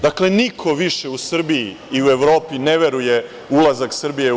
Dakle, niko više u Srbiji i u Evropi ne veruje u ulazak Srbije u EU.